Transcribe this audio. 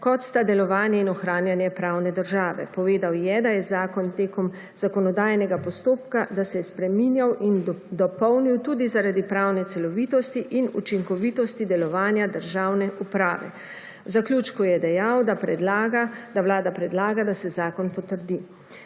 kot sta delovanje in ohranjanje pravne države. Povedal je, da se je zakon tekom zakonodajnega postopka spreminjal in dopolnil tudi zaradi pravne celovitosti in učinkovitosti delovanja državne uprave. V zaključku je dejal, da vlada predlaga, da se zakon potrdi.